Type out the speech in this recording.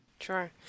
Sure